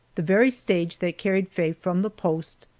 the very stage that carried faye from the post,